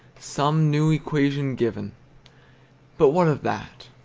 some new equation given but what of that?